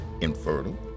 infertile